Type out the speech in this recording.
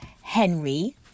Henry